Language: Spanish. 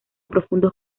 profundos